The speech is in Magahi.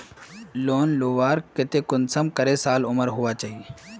लोन लुबार केते कुंसम करे साल उमर होना चही?